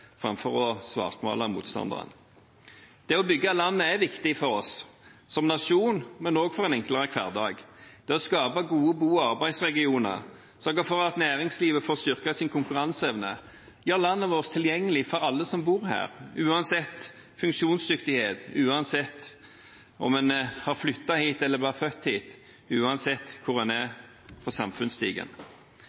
framfor å svartmale motstanderen. Det å bygge landet er viktig for oss som nasjon, men også for en enklere hverdag – det å skape gode bo- og arbeidsregioner, sørge for at næringslivet får styrket sin konkurranseevne, gjøre landet vårt tilgjengelig for alle som bor her, uansett funksjonsdyktighet, uansett om en har flyttet hit eller ble født her, uansett hvor en er på samfunnsstigen.